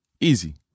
Easy